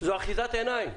זו אחיזת עיניים.